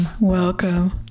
welcome